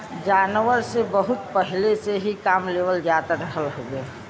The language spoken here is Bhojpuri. जानवरन से बहुत पहिले से ही काम लेवल जात रहल हउवे